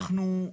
אנחנו,